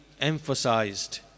emphasized